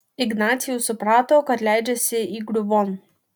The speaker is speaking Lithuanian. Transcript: ignacius suprato kad leidžiasi įgriuvon